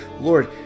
Lord